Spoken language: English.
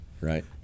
right